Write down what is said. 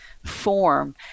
Form